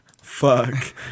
Fuck